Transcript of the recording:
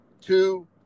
two